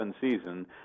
season